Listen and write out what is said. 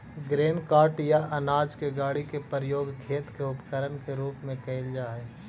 grain cart या अनाज के गाड़ी के प्रयोग खेत के उपकरण के रूप में कईल जा हई